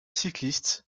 cycliste